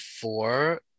four